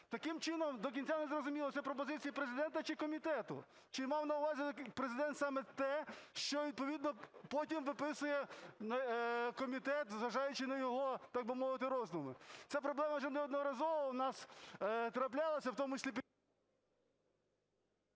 Таким чином, до кінця не зрозуміло, це пропозиції Президента чи комітету? Чи мав на увазі Президент саме те, що відповідно потім виписує комітет, зважаючи на його, так би мовити, роздуми? Ця проблема вже неодноразово у нас траплялася, в тому числі…